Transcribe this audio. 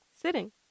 sitting